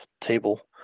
table